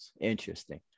interesting